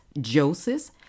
Joseph